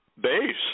base